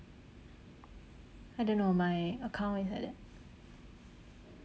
I don't know my account is like that